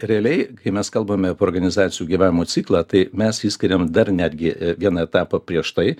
realiai kai mes kalbame api organizacijų gyvavimo ciklą tai mes išskiriame dar netgi viena etapą prieš tai